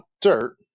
dirt